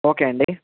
okay అండి